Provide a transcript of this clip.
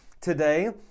today